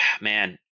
man